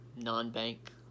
non-bank